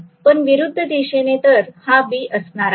पण विरुद्ध दिशेने तर हा B असणार आहे